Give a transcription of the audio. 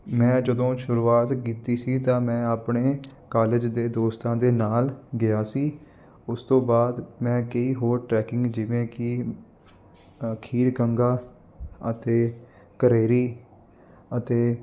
ਮੈਂ ਜਦੋਂ ਸ਼ੁਰੂਆਤ ਕੀਤੀ ਸੀ ਤਾਂ ਮੈਂ ਆਪਣੇ ਕਾਲਜ ਦੇ ਦੋਸਤਾਂ ਦੇ ਨਾਲ ਗਿਆ ਸੀ ਉਸ ਤੋਂ ਬਾਅਦ ਮੈਂ ਕਈ ਹੋਰ ਟਰੈਕਿੰਗ ਜਿਵੇਂ ਕਿ ਖੀਰ ਗੰਗਾ ਅਤੇ ਕਰੇਰੀ ਅਤੇ